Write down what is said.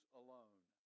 alone